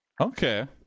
Okay